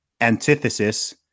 antithesis